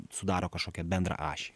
sudaro kažkokią bendrą ašį